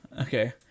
Okay